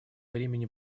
времени